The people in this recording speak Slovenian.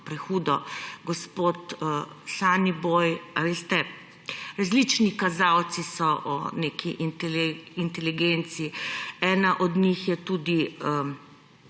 prehudo. Gospod Soniboj, veste, različni kazalci so o neki inteligenci, ena od njih je tudi